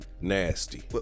nasty